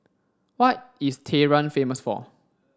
what is Tehran famous for